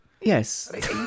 Yes